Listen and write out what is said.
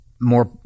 more